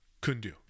kundu